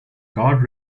card